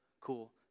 cool